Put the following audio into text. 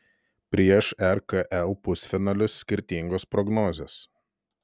prieš rkl pusfinalius skirtingos prognozės